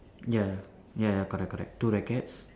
ya ya correct correct two rackets